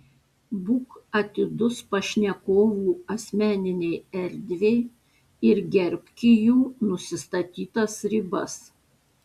būk atidus pašnekovų asmeninei erdvei ir gerbki jų nusistatytas ribas